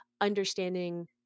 understanding